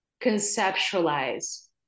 conceptualize